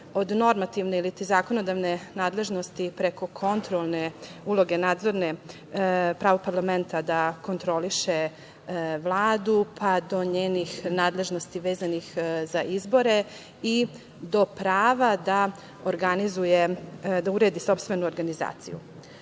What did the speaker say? od normativne iliti zakonodavne nadležnosti preko kontrolne uloge, prava parlamenta da kontroliše Vladu, pa do njenih nadležnosti vezanih za izbore i do prava da organizuje,